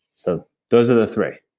so those are the three